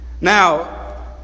Now